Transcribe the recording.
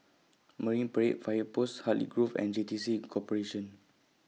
Marine Parade Fire Post Hartley Grove and J T C Corporation